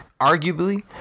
arguably